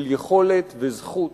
של יכולת וזכות